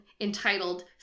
entitled